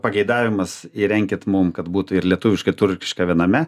pageidavimas įrenkit mum kad būtų ir lietuviška ir turkiška viename